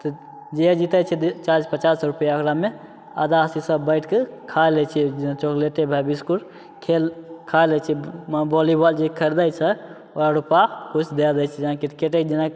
तऽ जे जितै छै चालिस पचास रुपैआ ओकरामे आधा हिस्सा बाँटिके खा लै छिए जेना चॉकलेटे भाइ बिस्कुट खेल खा लै छिए वालीबॉल जे खरिदै छै ओकरा रुपा किछु दै दै छिए जेना किरकेटे जेना